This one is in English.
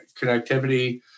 connectivity